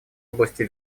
области